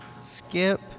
Skip